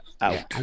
out